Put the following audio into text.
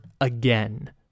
again